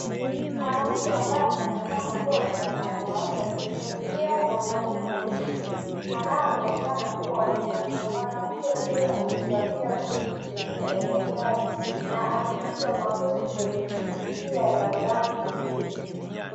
Mwanamke ambaye anaonekana kuwa mtaalamu wa afya anaonekana akimsaidia mwanaume mweusi anayeonekana kuwa mgonjwa. Mwanamke huyo amevalia koti jeupe la daktari na amepiga magoti kwenye zulia la rangi nyingi.